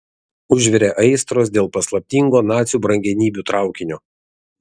užvirė aistros dėl paslaptingo nacių brangenybių traukinio